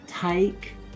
take